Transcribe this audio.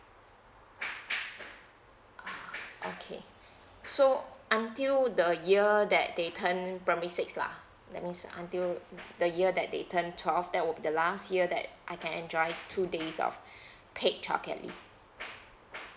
uh okay so until the year that they turned primary six lah that means until the year that they turned twelve that will be the last year that I can enjoy two days of paid childcare leave